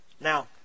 Now